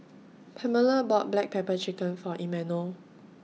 Pamella bought Black Pepper Chicken For Imanol